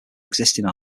existing